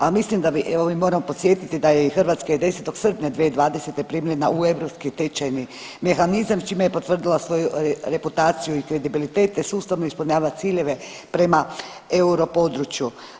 A mislim da bi, ovim moram podsjetiti da je i Hrvatska i 10. srpnja 2020. primljena u europski tečajni mehanizam s čime je potvrdila svoju reputaciju i kredibilitet te sustavno ispunjava ciljeve prema euro području.